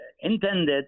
intended